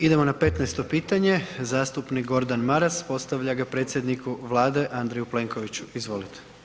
Idemo na 15. pitanje, zastupnik Gordan Maras postavlja ga predsjedniku Vlade, Andreju Plenkoviću, izvolite.